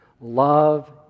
Love